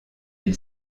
elle